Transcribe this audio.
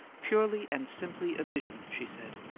purely and simply a vision! she said,